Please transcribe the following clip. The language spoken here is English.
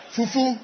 Fufu